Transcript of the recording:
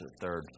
third